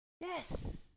Yes